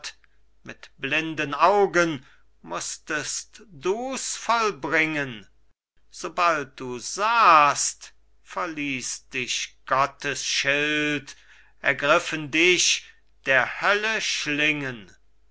mit blinden augen mußtest dus vollbringen sobald du sahst verließ dich gottes schild ergriffen dich der hölle schlingen